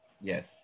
Yes